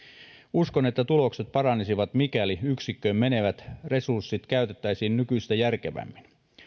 uskon että tulokset paranisivat mikäli yksikköön menevät resurssit käytettäisiin nykyistä järkevämmin